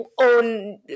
own